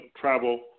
travel